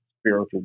spiritual